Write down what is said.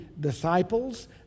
disciples